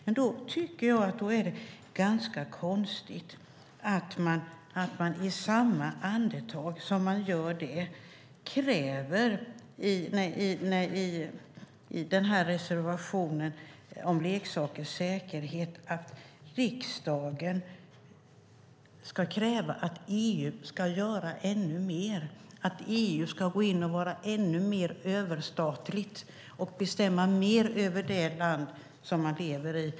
Men jag tycker att det är ganska konstigt att man i samma andetag som man gör det i reservationen om leksakers säkerhet kräver att riksdagen ska kräva att EU ska göra ännu mer, att EU ska gå in och vara ännu mer överstatligt och bestämma mer över det land som man lever i.